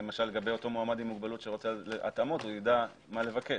שאותו מועמד עם מוגבלות שרוצה התאמות יידע מה לבקש.